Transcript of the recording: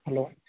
hello